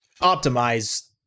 optimize